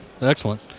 Excellent